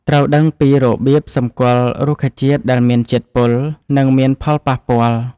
ត្រូវដឹងពីរបៀបសម្គាល់រុក្ខជាតិដែលមានជាតិពល់ នឹងមានផលប៉ះពាល់។